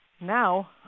Now